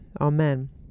Amen